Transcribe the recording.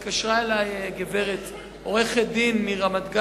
לפני כחודש וחצי התקשרה אלי עורכת-דין מרמת-גן.